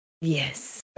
Yes